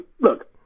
look